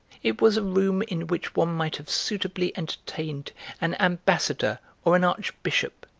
it was a room in which one might have suitably entertained an ambassador or an archbishop,